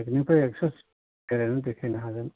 एकनिफ्राय एकस'सिम बेरायनानै देखायनो हागोन